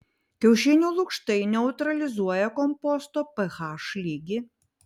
kiaušinių lukštai neutralizuoja komposto ph lygį